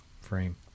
frame